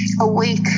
awake